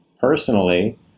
personally